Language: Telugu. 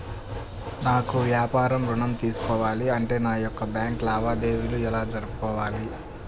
నాకు వ్యాపారం ఋణం తీసుకోవాలి అంటే నా యొక్క బ్యాంకు లావాదేవీలు ఎలా జరుపుకోవాలి?